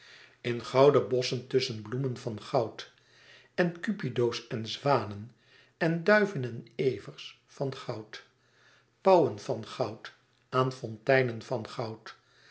in gouden bosschen tusschen bloemen van goud en cupido's en zwanen en duiven en evers van goud pauwen van goud aan fonteinen van goud